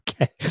Okay